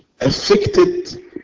affected